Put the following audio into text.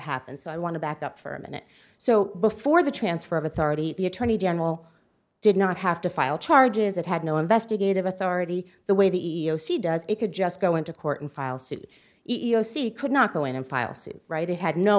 happened so i want to back up for a minute so before the transfer of authority the attorney general did not have to file charges it had no investigative authority the way the e e o c does it could just go into court and file suit e r c could not go in and file suit right it had no